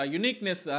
uniqueness